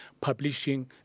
publishing